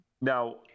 Now